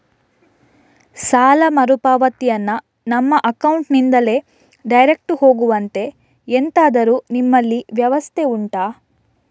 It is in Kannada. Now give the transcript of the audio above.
ಸಾಲ ಮರುಪಾವತಿಯನ್ನು ನಮ್ಮ ಅಕೌಂಟ್ ನಿಂದಲೇ ಡೈರೆಕ್ಟ್ ಹೋಗುವಂತೆ ಎಂತಾದರು ನಿಮ್ಮಲ್ಲಿ ವ್ಯವಸ್ಥೆ ಉಂಟಾ